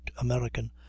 American